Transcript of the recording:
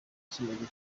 kimaze